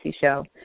Show